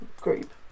group